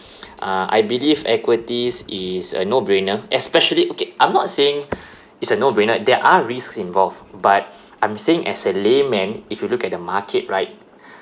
uh I believe equities is a no brainer especially okay I'm not saying it's a no brainer there are risks involved but I'm saying as a layman if you look at the market right